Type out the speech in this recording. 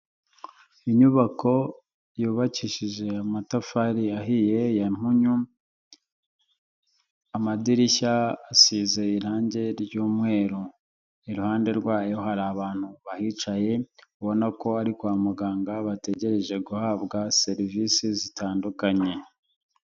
Inyubako yubakishije amatafari yahiye ya mpunyu, amadirishya asize irangi ry'umweru, iruhande rwayo hari abantu bahicaye ubona ko ari kwa muganga bategereje guhabwa serivisi zitandukanye.